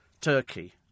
turkey